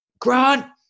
Grant